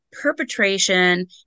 perpetration